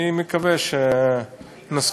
אני מקווה שנספיק.